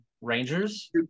rangers